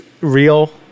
real